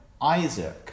Isaac